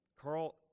Carl